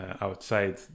outside